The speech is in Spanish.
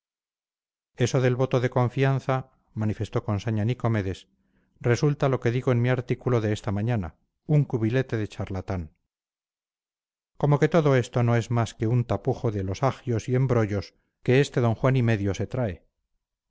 gramática esto del voto de confianza manifestó con saña nicomedes resulta lo que digo en mi artículo de esta mañana un cubilete de charlatán como que todo esto no es más que un tapujo de los agios y embrollos que este d juan y medio se trae